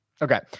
Okay